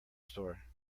store